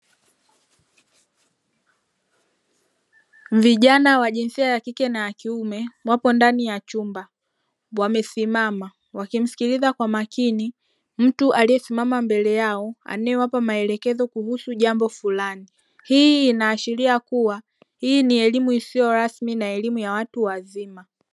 Vijana wa jinsia ya kike na ya kiume wapo ndani ya chumba wamesimama wakimsikiliza kwa makini mtu aliyesimama mbele yao anayewapa maelekezo kuhusu jambo fulani. Hii inaashiria kuwa hii ni elimu isiyo rasmi na ni elimu ya watu wazima.